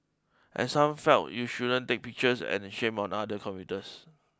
and some felt you shouldn't take pictures and shame on other commuters